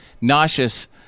nauseous